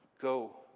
go